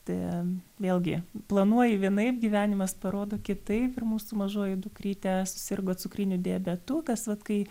ten vėlgi planuoji vienaip gyvenimas parodo kitaip ir mūsų mažoji dukrytė susirgo cukriniu diabetu kas vat kai